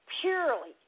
purely